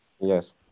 yes